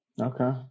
Okay